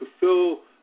fulfill